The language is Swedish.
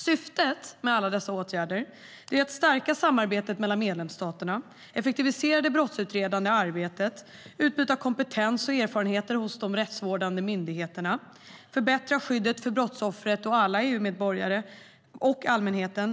Syftet med alla dessa åtgärder är att stärka samarbetet mellan medlemsstaterna, effektivisera det brottsutredande arbetet, utbyta kompetens och erfarenhet hos de rättsvårdande myndigheterna, förbättra skyddet för brottsoffret och allmänheten samt höja rättssäkerheten för alla EU-medborgare.